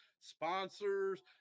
sponsors